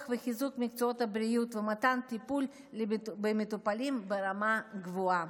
וחיזוק מקצועות הבריאות ומתן טיפול למטופלים ברמה גבוהה.